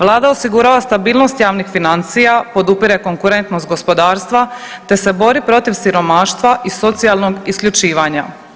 Vlada osigurava stabilnost javnih financija, podupire konkurentnost gospodarstva te se bori protiv siromaštva i socijalnog isključivanja.